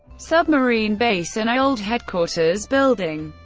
submarine base, and old headquarters building.